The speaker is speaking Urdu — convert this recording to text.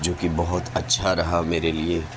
جو کہ بہت اچھا رہا میرے لیے